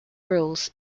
roles